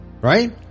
Right